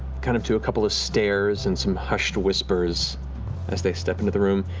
kind of to a couple of stares and some hushed whispers as they step into the room.